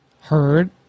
heard